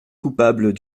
coupable